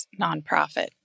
nonprofit